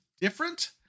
different